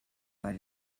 but